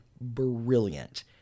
brilliant